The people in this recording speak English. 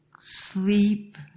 sleep